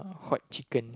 hot chicken